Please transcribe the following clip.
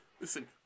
Listen